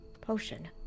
potion